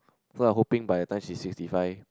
so I'm hoping by the time she's sixty five